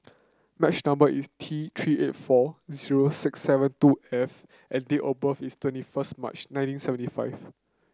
much number is T Three eight four zero six seven two F and date of birth is twenty first March nineteen seventy five